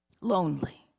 lonely